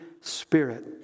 spirit